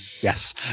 yes